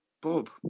Bob